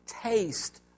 taste